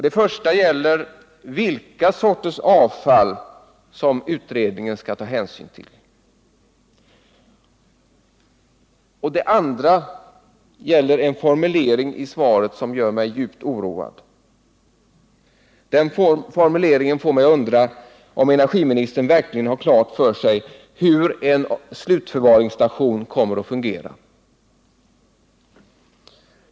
Den första är vilken sorts avfall som utredningen skall ta hänsyn till. Den andra gäller en formulering i svaret som gör mig djupt oroad. Den formuleringen får mig att undra om energiministern verkligen har klart för sig hur en slutförvaringsstation kommer att fungera.